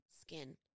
skin